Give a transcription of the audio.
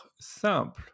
simple